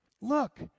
Look